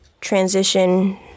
transition